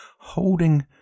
holding